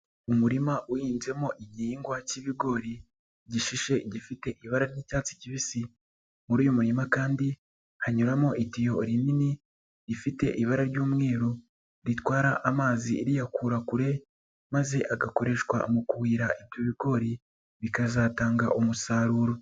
Umurima uhinzemo igihingwa cy'ibigori gishishe gifite ibara ry'icyatsi kibisi, muri uyu murima kandi hanyuramo itiyo rinini rifite ibara ry'umweru ritwara amazi riyakura kure maze agakoreshwa mu kuhira ibyo bigori maze bikazatanga umusaruro.